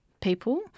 people